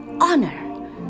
honor